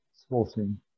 sporting